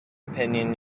opinion